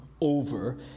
over